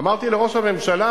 אמרתי לראש הממשלה: